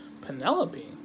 Penelope